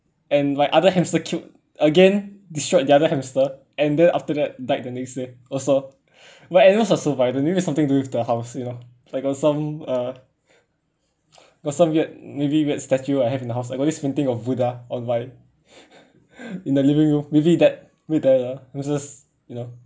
and my other hamster killed again destroyed the other hamster and then after that died the next day also my animals are so violet maybe it's something to do with the house you know like got some uh got some weaird maybe weird statue I have in the house I got this painting of buddha on my in the living room maybe that with the you know